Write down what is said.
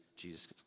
Jesus